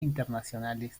internacionales